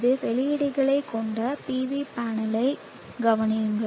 இந்த வெளியீடுகளைக் கொண்ட PV பேனலைக் கவனியுங்கள்